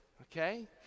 okay